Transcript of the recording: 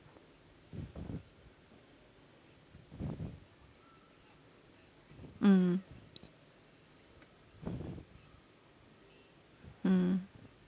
mm mm